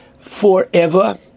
Forever